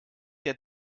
der